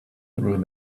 through